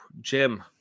Jim